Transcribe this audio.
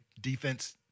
defense